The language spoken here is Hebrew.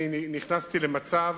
נכנסתי למצב